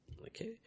Okay